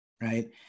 Right